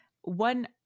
one